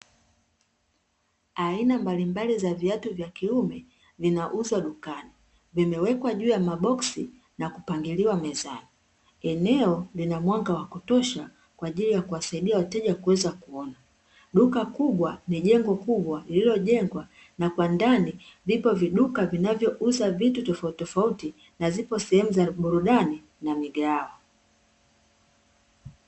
Aina mbalimbali za viatu vya kiume vinauzwa dukani vimewekwa juu ya maboksi na kupangiliwa mezani eneo lina mwanga wa kutosha kwa ajili ya kuwasaidia wateja kuweza kuona duka kubwa ni jengo kubwa lililojengwa na kwa ndani vipo viduka vinavyouza vitu tofauti tofauti na zipo sehemu za burudani na migahawa.